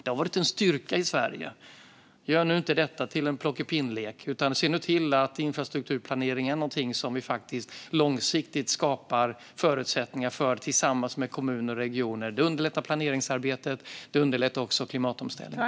Det har varit en styrka i Sverige. Gör nu inte detta till en plockepinnlek, utan se nu till att infrastrukturplanering är någonting som vi långsiktigt skapar förutsättningar för tillsammans med kommuner och regioner. Det underlättar planeringsarbetet, och det underlättar också klimatomställningen.